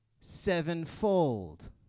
sevenfold